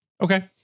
Okay